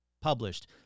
published